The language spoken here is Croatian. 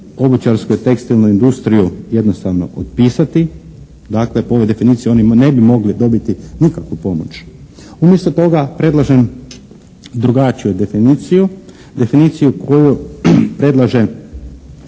obućarsku i tekstilnu industriju jednostavno otpisati. Dakle, po ovoj definiciji oni ne bi mogli dobiti nikakvu pomoć. Umjesto toga predlažem drugačiju definiciju, definiciju koju predlaže